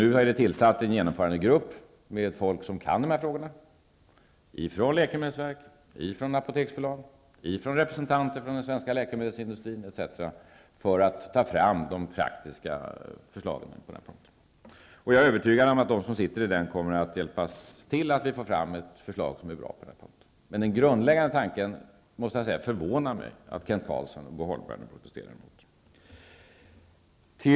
Nu har vi tillsatt en genomförandegrupp med folk som kan de här frågorna från läkemedelsverket och från Apoteksbolaget och med representanter från den svenska läkemedelsindustrin etc., för att ta fram de praktiska förslagen. Jag är övertygad om att de som sitter i den kommer att hjälpa till att få fram ett förslag som är bra. Men jag måste säga att det förvånar mig att Kent Carlsson och Bo Holmberg protesterar mot den grundläggande tanken.